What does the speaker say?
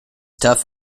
tough